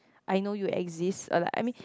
I know you exist uh like I mean